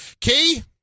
key